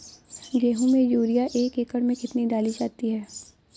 गेहूँ में यूरिया एक एकड़ में कितनी डाली जाती है?